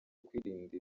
kwirinda